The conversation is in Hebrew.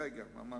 כרגע ממש,